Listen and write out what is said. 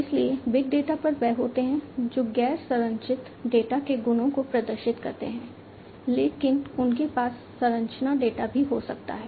इसलिए big data आमतौर पर वे होते हैं जो गैर संरचित डेटा के गुणों को प्रदर्शित करते हैं लेकिन उनके पास संरचना डेटा भी हो सकता है